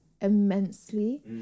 immensely